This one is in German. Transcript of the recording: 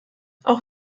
auch